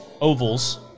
ovals